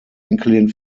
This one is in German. enkelin